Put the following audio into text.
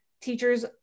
teachers